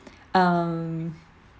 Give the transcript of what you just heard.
um